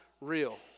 real